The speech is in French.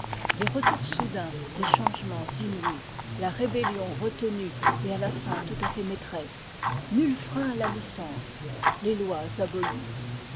des retours soudains des changements inouïs la rébellion retenue et à la fin tout à fait maîtresse nul frein à la licence les lois abolies